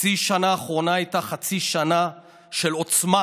חצי השנה האחרונה הייתה חצי שנה של עוצמה